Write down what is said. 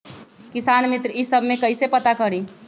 किसान मित्र ई सब मे कईसे पता करी?